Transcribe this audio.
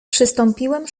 przystąpiłem